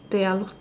they are